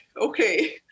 okay